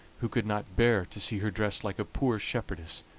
who could not bear to see her dressed like a poor shepherdess,